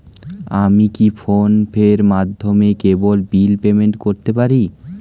আমি কি ফোন পের মাধ্যমে কেবল বিল পেমেন্ট করতে পারি?